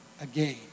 again